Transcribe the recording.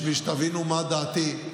בשביל שתבינו מה דעתי.